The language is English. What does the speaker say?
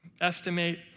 estimate